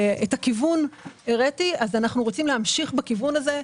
את הכיוון הראיתי ואנחנו אכן רוצים להמשיך בכיוון הזה.